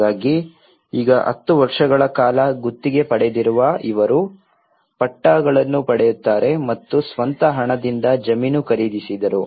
ಹಾಗಾಗಿ ಈಗ 10 ವರ್ಷಗಳ ಕಾಲ ಗುತ್ತಿಗೆ ಪಡೆದಿರುವ ಇವರು ಪಟ್ಟಾಗಳನ್ನು ಪಡೆಯುತ್ತಾರೆ ಮತ್ತು ಸ್ವಂತ ಹಣದಿಂದ ಜಮೀನು ಖರೀದಿಸಿದವರು